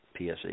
PSE